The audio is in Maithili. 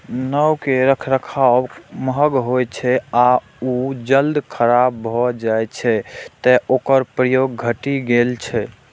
नाव के रखरखाव महग होइ छै आ ओ जल्दी खराब भए जाइ छै, तें ओकर प्रयोग घटि गेल छै